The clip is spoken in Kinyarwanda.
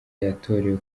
yatorewe